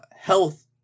health